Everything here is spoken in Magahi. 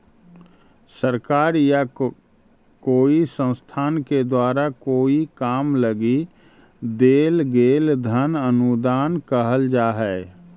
सरकार या कोई संस्थान के द्वारा कोई काम लगी देल गेल धन अनुदान कहल जा हई